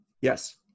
Yes